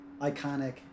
iconic